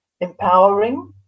empowering